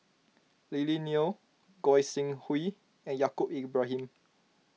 Lily Neo Goi Seng Hui and Yaacob Ibrahim